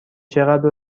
چقدر